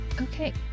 Okay